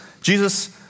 Jesus